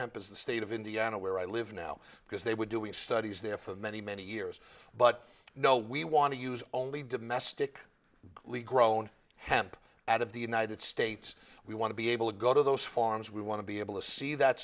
is the state of indiana where i live now because they were doing studies there for many many years but no we want to use only domestic league grown hemp out of the united states we want to be able to go to those farms we want to be able to see that